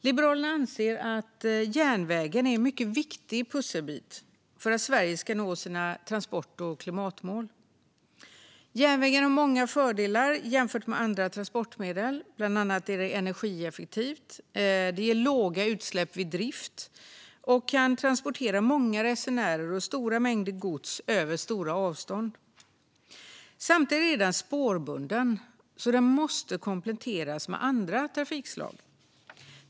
Liberalerna anser att järnvägen är en mycket viktig pusselbit för att Sverige ska nå sina transport och klimatmål. Järnvägen har många fördelar jämfört med andra transportmedel, bland annat är den energieffektiv, ger låga utsläpp vid drift och kan transportera många resenärer och stora mängder gods över stora avstånd. Samtidigt är den spårbunden och måste kompletteras med andra trafikslag.